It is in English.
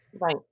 Right